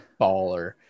baller